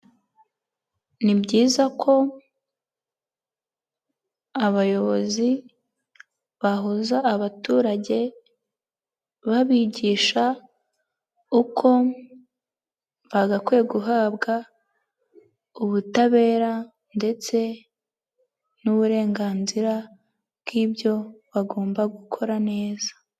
Ni byiza ko abayobozi bahuza abaturage babigisha uko bagakwiye guhabwa ubutabera, ndetse n'uburenganzira bw'ibyo bagomba gukora neza.